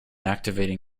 activating